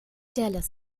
dallas